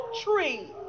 tree